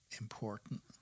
important